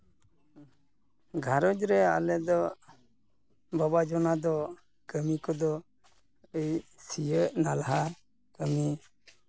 ᱜᱷᱟᱸᱨᱚᱡᱽ ᱨᱮ ᱟᱞᱮᱫᱚ ᱵᱟᱵᱟ ᱡᱚᱱᱟ ᱫᱚ ᱠᱟᱹᱢᱤ ᱠᱚᱫᱚ ᱮᱭ ᱥᱤᱭᱚᱜ ᱱᱟᱞᱦᱟ ᱠᱟᱹᱢᱤ